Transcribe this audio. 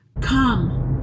come